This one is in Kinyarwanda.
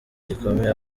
gikomeye